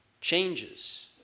Changes